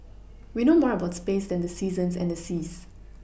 we know more about space than the seasons and the seas